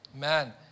Man